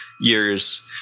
years